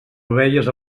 ovelles